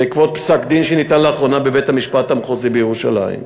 בעקבות פסק-דין שניתן לאחרונה בבית-המשפט המחוזי בירושלים.